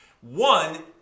one